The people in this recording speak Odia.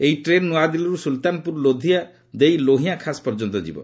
ଏହି ଟ୍ରେନ୍ ନୂଆଦିଲ୍ଲୀରୁ ସୁଲତାନପୁର ଲୋଧି ଦେଇ ଲୋହିଆଁ ଖାସ୍ ପର୍ଯ୍ୟନ୍ତ ଯିବ